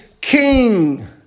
king